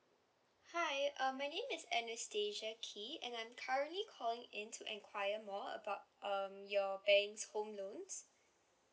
hi uh my name is anastasia key and I am currently calling in to enquire more about um your bank's home loans